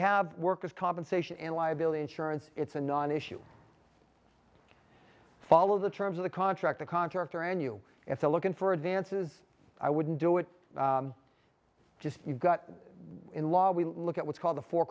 have worker's compensation and liability insurance it's a non issue follow the terms of the contract the contractor and you as a lookin for advances i wouldn't do it just you've got in law we look at what's called the four